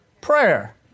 prayer